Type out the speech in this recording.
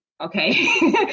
Okay